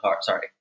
sorry